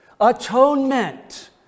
Atonement